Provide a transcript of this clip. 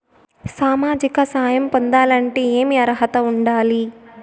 సామాజిక సహాయం పొందాలంటే ఏమి అర్హత ఉండాలి?